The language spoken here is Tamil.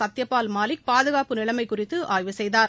சத்யபால் மாலிக் பாதுகாப்பு நிலைமை குறித்து ஆய்வு செய்தார்